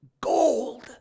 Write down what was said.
gold